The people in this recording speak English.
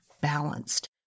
balanced